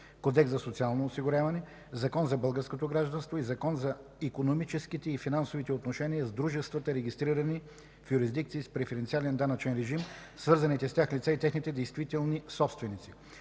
Кодекс за социално осигуряване, Закон за българското гражданство и Закон за икономическите и финансовите отношения с дружествата, регистрирани в юрисдикции с преференциален данъчен режим, свързаните с тях лица и техните действителни собственици.